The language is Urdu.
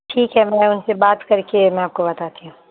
ٹھیک ہے میں ان سے بات کر کے میں آپ کو بتاتی ہوں